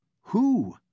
Who